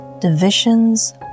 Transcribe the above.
divisions